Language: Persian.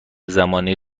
زمانی